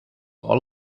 all